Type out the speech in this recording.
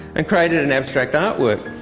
and created an abstract art work,